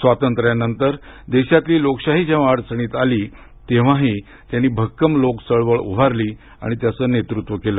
स्वातंत्र्यानंतर देशातील लोकशाही जेव्हा अडचणीत आली तेव्हाही त्यांनी भक्कम लोकचळवळ उभारली आणि त्याचं नेतृत्व केलं